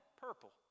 purple